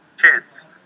Kids